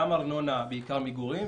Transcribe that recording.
גם בגלל שהארנונה היא בעיקר ממגורים,